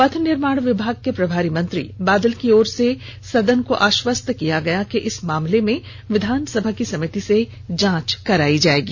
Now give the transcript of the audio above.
पथ निर्माण विभाग के प्रभारी मंत्री बादल की ओर से सदन को आश्वस्त किया गया कि इस मामले में विधानसभा की समिति से जांच कराई जाएगी